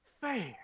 fair